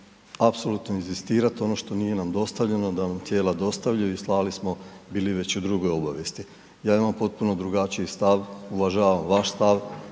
apsolutno inzistirati ono što nije nam dostavljeno da nam tijela dostavljaju i slali smo bili već u drugoj obavijesti. Ja imam potpuno drugačiji stav, uvažavam vaš stav,